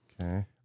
Okay